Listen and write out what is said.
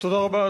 תודה רבה.